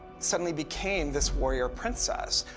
suddenly became this warrior princess,